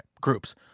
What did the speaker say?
groups